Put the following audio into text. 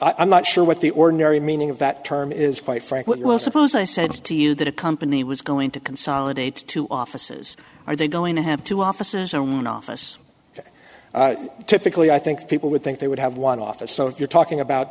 think i'm not sure what the ordinary meaning of that term is quite frank well suppose i said to you that a company was going to consolidate two offices are they going to have two officers or one office typically i think people would think they would have one office so if you're talking about